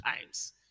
times